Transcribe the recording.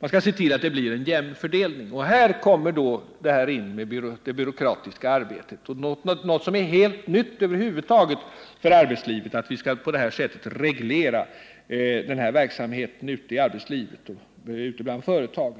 och se till att det blir en jämn fördelning. Här kommer det byråkratiska arbetet in — något som är helt nytt för arbetslivet, att på det här sättet reglera verksamheten i arbetslivet och bland företagen.